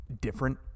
different